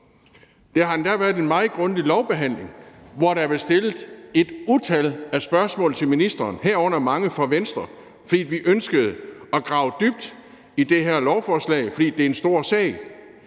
Der har endda været en meget grundig lovbehandling, hvor der er blevet stillet et utal af spørgsmål til ministeren, herunder mange fra Venstre, fordi vi ønskede at grave dybt i det her lovforslag, fordi det er en stor sag.